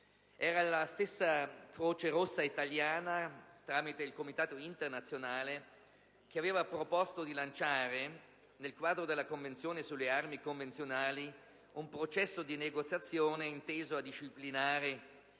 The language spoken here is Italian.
stata la stessa Croce rossa italiana, tramite il Comitato internazionale, a proporre di lanciare, nel quadro della Convenzione sulle armi convenzionali, un processo di negoziazione inteso a disciplinare